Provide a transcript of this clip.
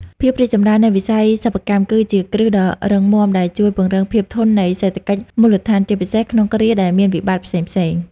ភាពរីកចម្រើននៃវិស័យសិប្បកម្មគឺជាគ្រឹះដ៏រឹងមាំ ដែលជួយពង្រឹងភាពធន់នៃសេដ្ឋកិច្ចមូលដ្ឋាន ជាពិសេសក្នុងគ្រាដែលមានវិបត្តិផ្សេងៗ។